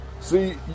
See